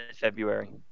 February